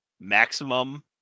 maximum